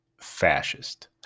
fascist